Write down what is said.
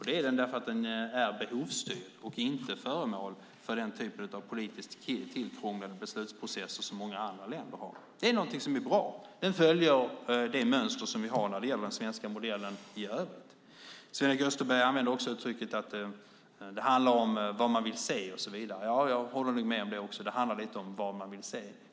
Det är den därför att den är behovsstyrd och inte föremål för den typ av politiskt tillkrånglade beslutsprocesser som många andra länder har. Det är något som är bra. Lagstiftningen följer det mönster som vi har när det gäller den svenska modellen i övrigt. Sven-Erik Österberg använde uttrycket att det handlar om vad man vill se och så vidare. Jag håller nog med om det. Det handlar lite om vad man vill se.